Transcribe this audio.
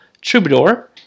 Troubadour